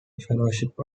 fellowship